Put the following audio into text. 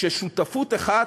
ששותפות אחת,